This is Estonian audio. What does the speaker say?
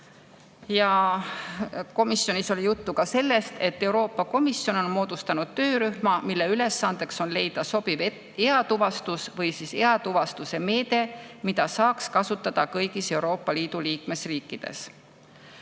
Komisjonis oli juttu ka sellest, et Euroopa Komisjon on moodustanud töörühma, mille ülesanne on leida sobiv eatuvastuse meede, mida saaks kasutada kõigis Euroopa Liidu liikmesriikides.